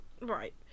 right